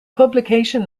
publication